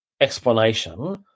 explanation